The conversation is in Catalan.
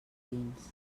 dins